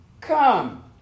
come